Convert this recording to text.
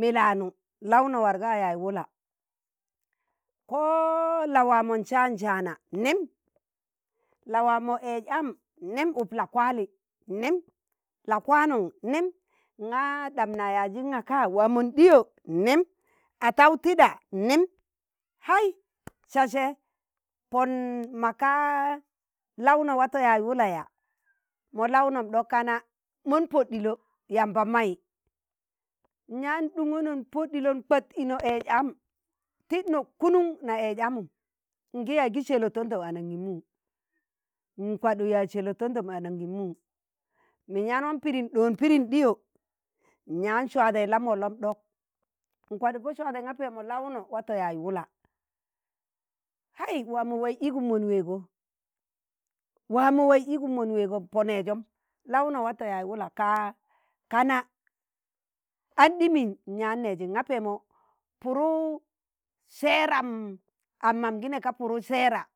milanụ laụno wargo waa yaaz wụla, ko la waa mọ sạan sạana nem, la waamọ eez am nẹm uk la kwali nem, la kwanun nem, ng̣a ɗam na yaaziṇ ṇgaka waa mọ ɗiyo nẹm, ataụ tiɗa nẹm, hai! sa sẹ pọn maka laụnọ wato yaaz wụla yaa? mọ laụṇọm ɗok ka na mọn pod ɗilo yamba mai, nyaan ɗung̣uno npod ɗilo n'kwat ino eez am, tidno kunuṇ na eez amụm ngi yaaz gi sẹlo tondou anaṇgimu n'kwaɗuk yaaz sẹlo tondou ananigmu min yaan wam pidin ɗoon pidin ɗiyo n'yaan swadẹi la mọlnọm ɗok n'kwaɗụk pọ swadi nga pẹẹmọ laụno watọ yaaz wụla hai waa mu waiz igum mon weego, waamo waiz igum mọn weego, waa mọ igum mọn weego pọ nẹẹjom laụ nọ watọ yaaz wula kana an ɗimin nyaan nẹẹezi ṇga pẹẹmọ pụrụ sẹẹram am mam gi nẹga pụrụ sẹẹram